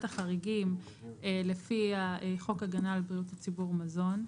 החריגים לפי חוק הגנה על בריאות הציבור (מזון).